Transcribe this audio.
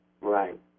Right